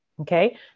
okay